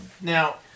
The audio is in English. Now